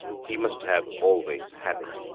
he must have always had it.